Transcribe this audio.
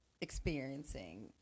experiencing